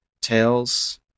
tails